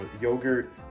Yogurt